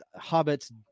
hobbits